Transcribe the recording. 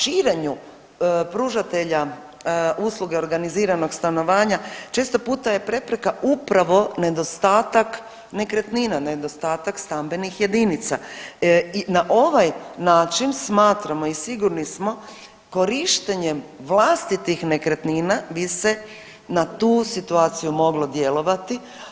Širenju pružatelja usluga organiziranog stanovanja često puta je prepreka upravo nedostatak nekretnina, nedostatak stambenih jedinica i na ovaj način smatramo i sigurni smo korištenjem vlastitih nekretnina bi se na tu situaciju moglo djelovati.